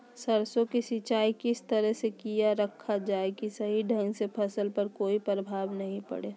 सरसों के सिंचाई किस तरह से किया रखा जाए कि सही ढंग से फसल पर कोई प्रभाव नहीं पड़े?